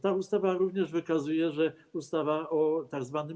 Ta ustawa również wykazuje, że ustawa o tzw.